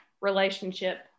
relationship